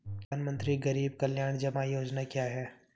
प्रधानमंत्री गरीब कल्याण जमा योजना क्या है?